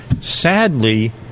sadly